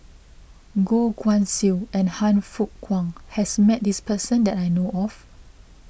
Goh Guan Siew and Han Fook Kwang has met this person that I know of